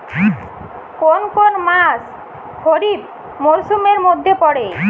কোন কোন মাস খরিফ মরসুমের মধ্যে পড়ে?